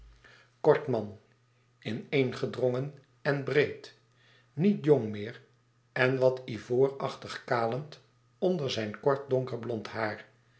kort man ineengedrongen en breed niet jong meer en wat ivoorachtig kalend onder zijn kort donkerblond haar